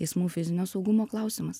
teismų fizinio saugumo klausimas